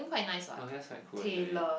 oh that's quite cool actually